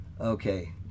Okay